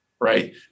right